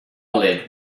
lid